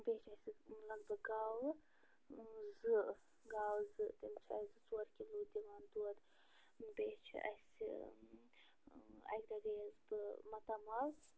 بیٚیہِ چھِ اَسہِ لگ بگ گاوٕ زٕ گاوٕ زٕ تِم چھِ اَسہِ زٕ ژور کِلو دِوان دۄد بیٚیہِ چھِ اَسہِ اَکہِ دۄہ گٔیس بہٕ ماتامال